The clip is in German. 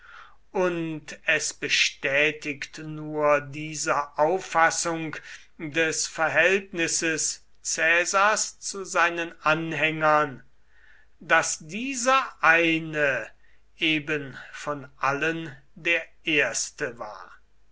und es bestätigt nur diese auffassung des verhältnisses caesars zu seinen anhängern daß dieser eine eben von allen der erste war